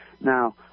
Now